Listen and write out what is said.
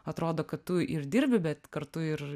atrodo kad tu ir dirbi bet kartu ir